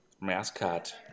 mascot